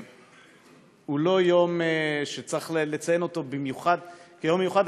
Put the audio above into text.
לא יום שצריך לציין אותו כיום מיוחד,